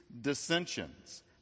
dissensions